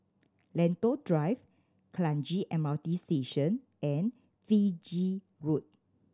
Lentor Drive Kranji M R T Station and Fiji Road